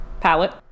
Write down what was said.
palette